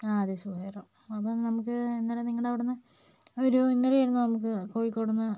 ആ അതെ സുഹേറോ അപ്പം നമുക്ക് ഇന്നലെ നിങ്ങളെ അവിടെ നിന്ന് ഒരു ഇന്നലെ ആയിരുന്നു നമുക്ക് കോഴിക്കോടിൽ നിന്ന്